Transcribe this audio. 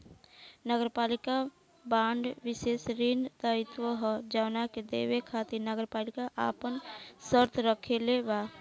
नगरपालिका बांड विशेष ऋण दायित्व ह जवना के देवे खातिर नगरपालिका आपन शर्त राखले बा